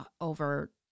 over